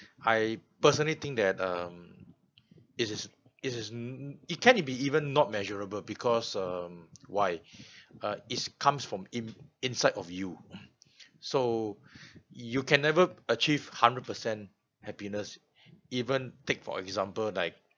I personally think that um it is it is it can it be even not measurable because um why uh is comes from in~ inside of you so you can never achieve hundred per cent happiness even take for example like